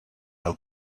how